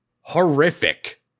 horrific